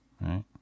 right